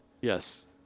Yes